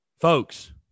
folks